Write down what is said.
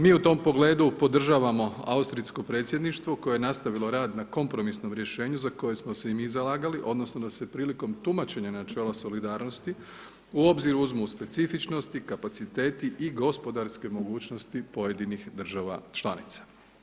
Mi u tom pogledu podržavamo austrijsko predsjedništvo koje je nastavilo rad na kompromisnom rješenju za koje smo se i mi zalagali odnosno da se prilikom tumačenja načela solidarnosti u obzir uzmu specifičnosti, kapaciteti i gospodarske mogućnosti pojedinih država članica.